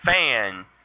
fan